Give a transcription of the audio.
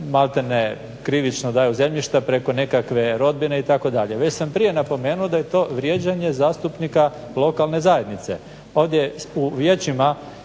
malte ne krivično daju zemljišta preko nekakve rodbine itd. Već sam prije napomenuo da je to vrijeđanje zastupnika lokalne zajednice. Ovdje u vijećima